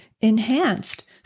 enhanced